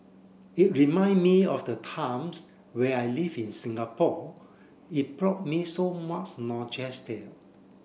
it remind me of the times where I lived in Singapore it brought me so much